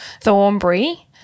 Thornbury